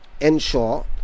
ensure